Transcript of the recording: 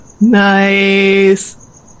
Nice